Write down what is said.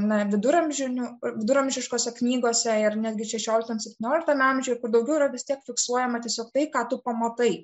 na viduramžiniu viduramžiškose knygose ir netgi šešioliktam septynioliktam amžiuje kur daugiau yra vis tiek fiksuojama tiesiog tai ką tu pamatai